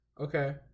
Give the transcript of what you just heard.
okay